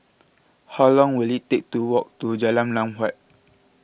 how long will it take to walk to Jalan Lam Huat